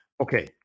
Okay